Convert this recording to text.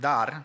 Dar